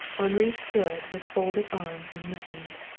henri stood with folded arms and listened.